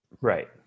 right